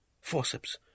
Forceps